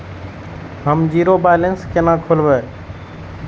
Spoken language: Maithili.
हम जीरो बैलेंस केना खोलैब?